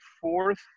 fourth